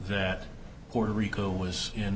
that puerto rico was in